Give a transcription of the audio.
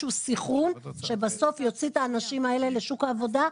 סנכרון שבסוף יוצא את האנשים האלה לשוק העבודה.